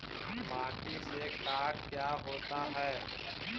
माटी से का क्या होता है?